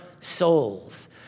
souls